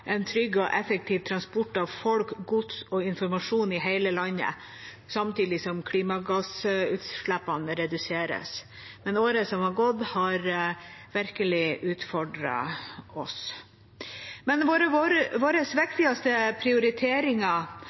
en trygg og effektiv transport av folk, gods og informasjon i hele landet, samtidig som klimagassutslippene reduseres, men året som har gått, har virkelig utfordret oss. Våre viktigste prioriteringer,